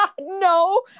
no